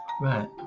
right